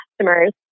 customers